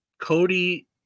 Cody –